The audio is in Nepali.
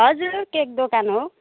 हजुर केक दोकान हो